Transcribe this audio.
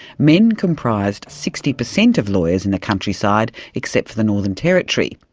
men comprised sixty per cent of lawyers in the countryside, except for the northern territory.